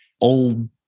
old